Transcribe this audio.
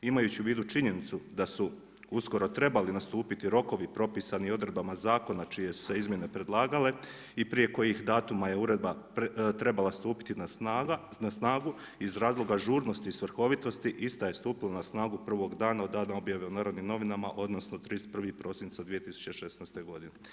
Imajući u vidu činjenicu da su uskoro trebali nastupiti rokovi propisani odredbama zakona čije su se izmjene predlagale i prije kojih datuma je uredba trebala stupiti na snagu iz razloga ažurnosti i svrhovitosti ista je stupila na snagu prvog dana od dana objave u Narodnim novinama, odnosno 31. prosinca 2016. godine.